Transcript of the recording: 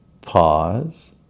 Pause